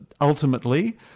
ultimately